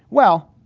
well,